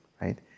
right